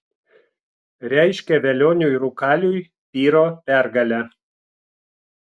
reiškia velioniui rūkaliui pyro pergalę